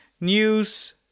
news